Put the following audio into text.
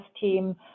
team